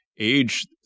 age